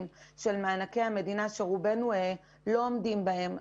של מענקי המדינה שרובנו לא עומדים בהם.